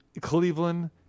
Cleveland